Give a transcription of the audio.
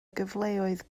gyfleoedd